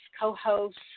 co-hosts